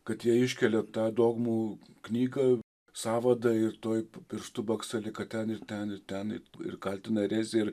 kad jie iškelia tą dogmų knygą sąvadą ir tuoj pirštu baksteli ką ten ir ten ir ten ir kaltina erezija ir